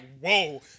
whoa